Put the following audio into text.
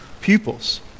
pupils